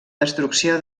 destrucció